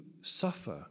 suffer